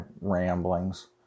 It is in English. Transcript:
ramblings